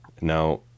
Now